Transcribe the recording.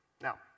Now